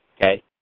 okay